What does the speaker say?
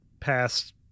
past